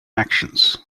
actions